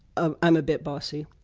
um m a bit bossy.